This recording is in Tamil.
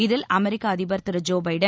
இதில் அமெரிக்க அதிபர் திரு ஜோ பைடன்